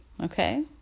okay